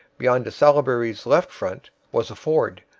beyond de salaberry's left front, was a ford,